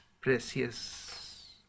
precious